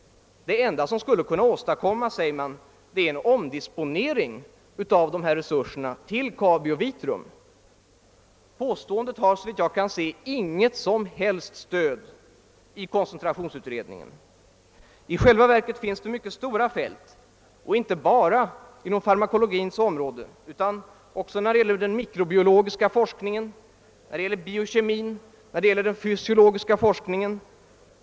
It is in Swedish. Det enda som skulle kunna åstadkommas, framhåller man, är en omdisponering av resurserna till Kabi och Vitrum. Påståendet har såvitt jag kan se inget som helst stöd i koncentrationsutredningens betänkande. I själva verket är samordningen mycket ofullständig på stora fält, inte bara på det farmakologiska området utan även när det gäller den mikrobiologiska forskningen, biokemin och den fysiologiska forskningen.